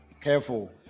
careful